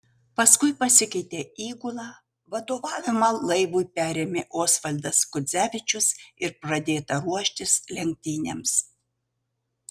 paskui pasikeitė įgula vadovavimą laivui perėmė osvaldas kudzevičius ir pradėta ruoštis lenktynėms